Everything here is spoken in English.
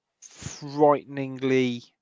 frighteningly